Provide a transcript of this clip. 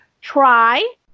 try